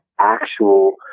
actual